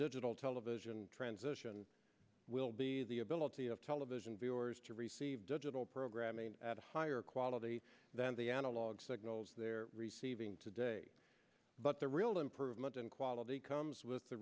digital television transition will be the ability of television viewers to receive digital programming at higher quality than the analog signals they're receiving today but the real improvement in quality comes with the